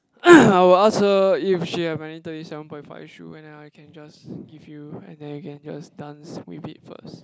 I will ask her if she have any thirty seven point five shoe and then I can just give you and then you can just dance with it first